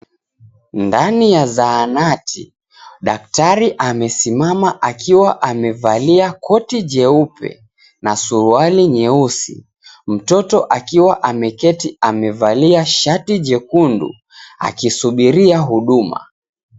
Ndani ya zahanati. Daktari amesimama akiwa amevalia koti jeupe, na suruari nyeusi, mtoto akiwa ameketi amevalia shati jekundu akisubiria huduma.